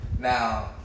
Now